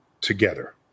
together